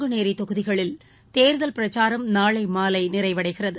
நாங்குநேரிதொகுதிகளில் தேர்தல் பிரச்சாரம் நாளைமாலைநிறைவடகிறது